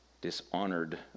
dishonored